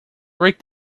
break